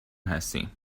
هستیم